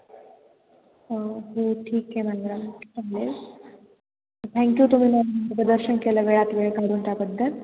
हो हो ठीक आहे मॅडम चालेल थँक्यू तुम्ही मॅम प्रदर्शन केला वेळात वेळ काढून त्याबद्दल